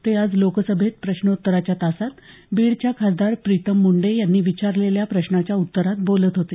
ते आज लोकसभेत प्रश्नोत्तराच्या तासात बीडच्या खासदार प्रीतम मुंडे यांनी विचारलेल्या प्रश्नाच्या उत्तरात बोलत होते